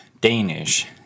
Danish